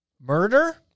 murder